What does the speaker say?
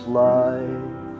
life